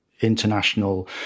international